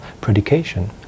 predication